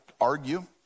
argue